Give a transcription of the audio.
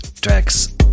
tracks